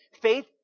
Faith